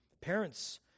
Parents